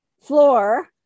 floor